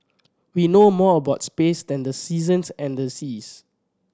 we know more about space than the seasons and the seas